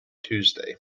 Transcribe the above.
tuesday